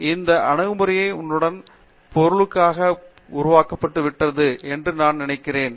பிரபஞ்சம் போன்ற இந்த அணுகுமுறை உன்னுடைய பொருளுக்காக உருவாக்கப்பட்டு விட்டது என்று நான் நினைக்கிறேன்